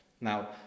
Now